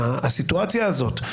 בפרקליטות.